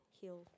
heal